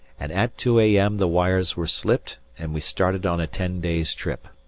and at two a m. the wires were slipped and we started on a ten days' trip.